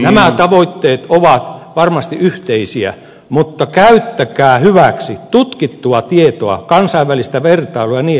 nämä tavoitteet ovat varmasti yhteisiä mutta käyttäkää hyväksi tutkittua tietoa kansainvälistä vertailua ja niin edelleen